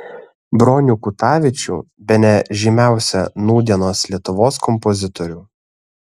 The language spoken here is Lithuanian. bronių kutavičių bene žymiausią nūdienos lietuvos kompozitorių